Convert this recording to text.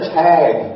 tag